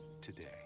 today